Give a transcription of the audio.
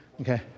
Okay